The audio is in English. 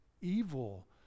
evil